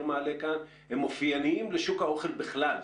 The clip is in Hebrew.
מעלה כאן הם אופייניים לשוק האוכל בכלל.